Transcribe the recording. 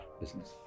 business